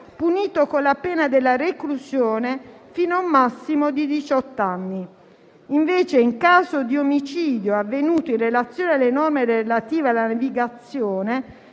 punito con la pena della reclusione fino a un massimo di diciott'anni, invece, in caso di omicidio avvenuto in relazione alle norme relative alla navigazione,